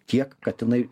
tiek katinai